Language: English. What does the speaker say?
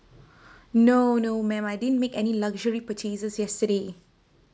no no ma'am I didn't make any luxury purchases yesterday